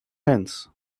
hands